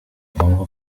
ngombwa